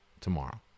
tomorrow